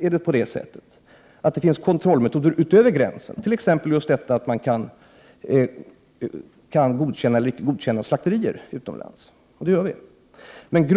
kontroller utöver de kontroller som sker vid gränsen, t.ex. att man kan godkänna eller icke godkänna slakterier utomlands. Sådana kontroller görs.